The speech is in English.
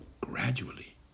Gradually